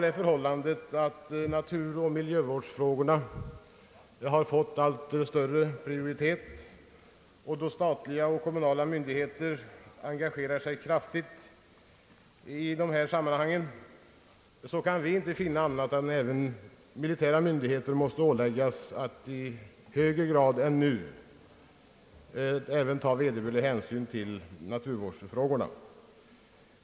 Eftersom naturoch miljövårdsfrågorna har fått allt större prioritet och då statliga och kommunala myndigheter engagerar sig kraftigt i dessa sammanhang kan vi inte finna annat än att även militära myndigheter måste åläggas att i högre grad än nu ta vederbörlig hänsyn till naturvårdsfrågorna.